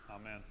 Amen